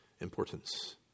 importance